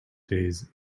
days